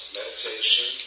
meditation